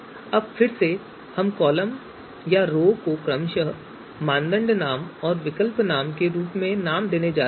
अब फिर से हम कॉलम और रो को क्रमशः मानदंड नाम और विकल्प नाम के रूप में नाम देने जा रहे हैं